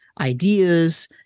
ideas